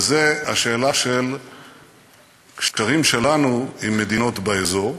וזה השאלה של קשרים שלנו עם מדינות באזור,